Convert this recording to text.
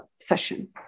session